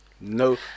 No